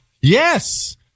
Yes